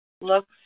Looks